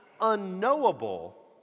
unknowable